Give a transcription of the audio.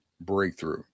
breakthrough